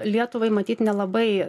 lietuvai matyt nelabai